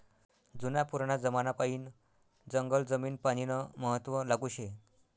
जुना पुराना जमानापायीन जंगल जमीन पानीनं महत्व लागू शे